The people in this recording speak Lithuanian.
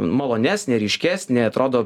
malonesnė ryškesnė atrodo